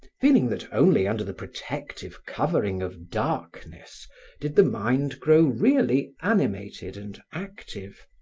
feeling that only under the protective covering of darkness did the mind grow really animated and active.